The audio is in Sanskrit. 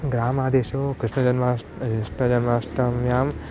ग्रामेषु कृष्णजन्माष्टमी कृष्णजन्माष्टम्यां